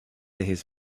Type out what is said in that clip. his